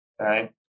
right